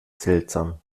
seltsam